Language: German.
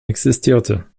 existierte